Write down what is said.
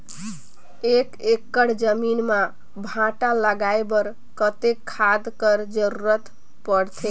एक एकड़ जमीन म भांटा लगाय बर कतेक खाद कर जरूरत पड़थे?